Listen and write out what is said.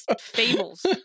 fables